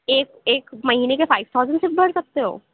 ایک ایک مہینے کے فائیو تھاؤزینڈ صرف بھر سکتے ہو